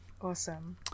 Awesome